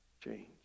change